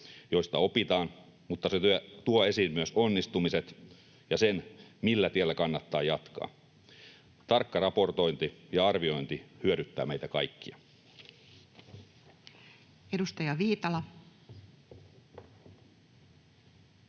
joista opitaan, mutta se tuo esiin myös onnistumiset ja sen, millä tiellä kannattaa jatkaa. Tarkka raportointi ja arviointi hyödyttää meitä kaikkia. [Speech 33]